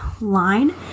line